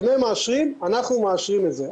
אם הם מאשרים אנחנו מאשרים את זה.